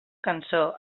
cançó